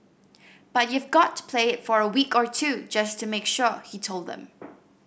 but you've got to play it for a week or two just to make sure he told them